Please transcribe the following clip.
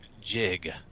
jig